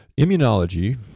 Immunology